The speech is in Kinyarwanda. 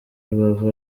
rubavu